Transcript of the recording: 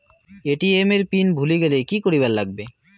ATM এর pin ভুলি গেলে কি করিবার লাগবে?